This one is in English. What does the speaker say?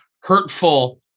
hurtful